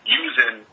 using